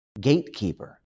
gatekeeper